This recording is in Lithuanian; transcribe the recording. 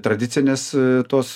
tradicinės tos